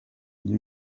new